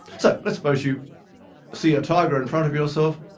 so, let's suppose you see a tiger in front of yourself.